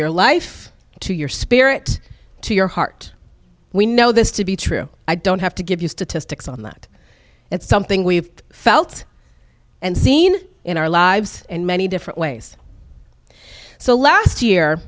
your life to your spirit to your heart we know this to be true i don't have to give you statistics on that it's something we've felt and seen in our lives in many different ways so last year